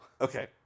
Okay